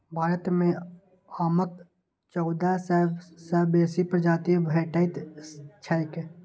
भारत मे आमक चौदह सय सं बेसी प्रजाति भेटैत छैक